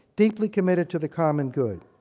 deeply committed to the common good.